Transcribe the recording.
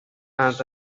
and